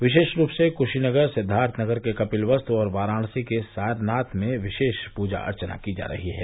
विशेष रूप से क्शीनगर सिद्वार्थनगर के कपिलवस्त और वाराणसी के सारनाथ में विशेष पूजा अर्थना की जा रही है